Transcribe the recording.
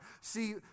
See